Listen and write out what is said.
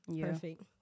Perfect